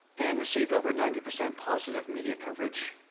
and received over ninety percent positive media coverage.